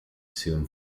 soon